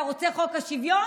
אתה רוצה חוק השוויון?